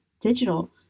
digital